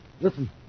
Listen